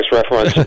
reference